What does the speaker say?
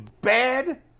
bad